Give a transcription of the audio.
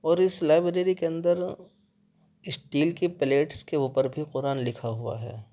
اور اس لائبریری کے اندر اسٹیل کی پلیٹس کے اوپر بھی قرآن لکھا ہوا ہے